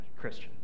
Christian